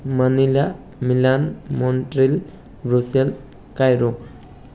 Manila Milan Montreal Brussels Cairo